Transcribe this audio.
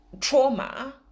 trauma